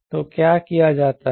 तो क्या किया जाता है